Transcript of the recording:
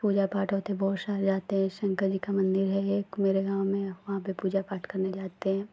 पूजा पाठ होता है बहुत सारे जाते हैं शंकर जी का मन्दिर है एक मेरे गाँव में वहाँ पर पूजा पाठ करने जाते हैं